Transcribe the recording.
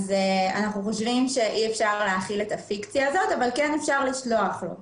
אנחנו חושבים שאי אפשר להחיל את הפיקציה הזאת אבל כן אפשר לשלוח לו.